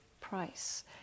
price